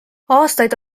aastaid